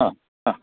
ആ ആ